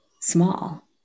small